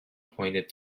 pointed